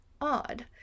odd